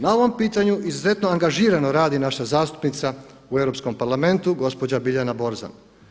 Na ovom pitanju izuzetno angažirano radi naša zastupnica u Europskom parlamentu gospođa Biljana Borzan.